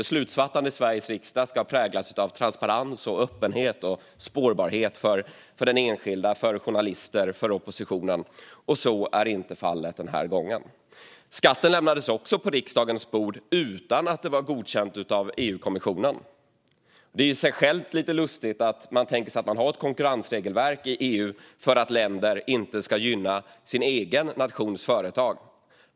Beslutsfattandet i Sveriges riksdag ska präglas av transparens, öppenhet och spårbarhet för enskilda, för journalister och för oppositionen. Så är inte fallet den här gången. Skatten lämnades också på riksdagens bord utan att det var godkänt av EU-kommissionen. Det är i sig lite lustigt när man tänker på att vi har ett konkurrensregelverk i EU för att länder inte ska gynna sin egen nations företag.